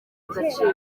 agaciro